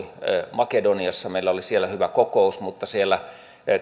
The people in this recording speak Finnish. makedoniassa meillä oli siellä hyvä kokous mutta siellä